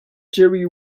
jerry